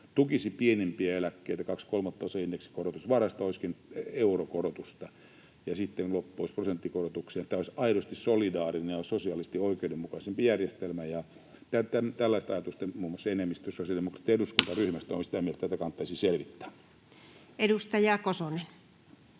tukisi pienimpiä eläkkeitä: kaksi kolmasosaa indeksikorotusvaroista olisikin eurokorotusta, ja sitten loppu olisi prosenttikorotuksia. Tämä olisi aidosti solidaarinen ja sosiaalisesti oikeudenmukaisempi järjestelmä. Tällaisista ajatuksista muun muassa enemmistö sosiaalidemokraattien eduskuntaryhmästä on sitä mieltä, että tätä kannattaisi selvittää. [Speech